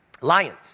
Lions